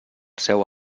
seu